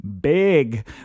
big